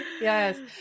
yes